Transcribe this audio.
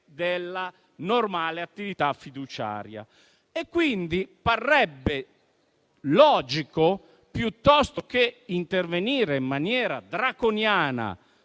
della normale attività fiduciaria. Parrebbe quindi logico, piuttosto che intervenire in maniera draconiana